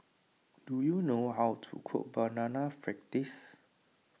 do you know how to cook Banana Fritters